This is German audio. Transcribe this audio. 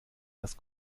das